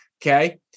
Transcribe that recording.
Okay